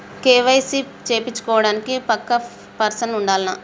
KYC చేపిచ్చుకోవడానికి పక్కా person ఉండాల్నా?